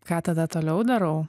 ką tada toliau darau